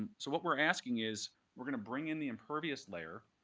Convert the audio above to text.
so what we're asking is we're going to bring in the impervious layer,